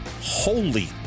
Holy